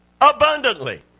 abundantly